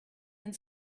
and